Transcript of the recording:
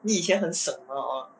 你以前很省啊哎